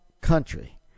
country